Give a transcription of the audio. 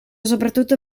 soprattutto